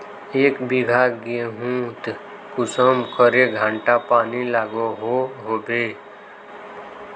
एक बिगहा गेँहूत कुंसम करे घंटा पानी लागोहो होबे?